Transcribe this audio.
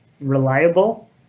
reliable